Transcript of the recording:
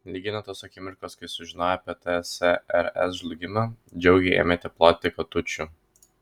lygiai nuo tos akimirkos kai sužinoję apie tsrs žlugimą džiugiai ėmėte ploti katučių